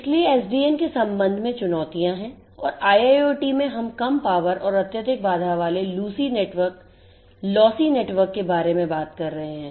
इसलिए SDN के संबंध में चुनौतियां हैं औरIIoT में हम कम पावर और अत्यधिक बाधा वाले LOOSY नेटवर्क के बारे में बात कर रहे हैं